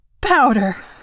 powder